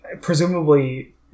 presumably